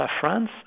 France